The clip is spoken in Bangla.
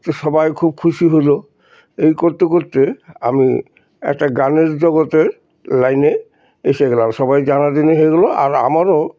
তো সবাই খুব খুশি হলো এই করতে করতে আমি একটা গানের জগতের লাইনে এসে গেলাম সবাই জানাজানি হয়ে গেলো আর আমারও